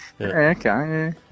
okay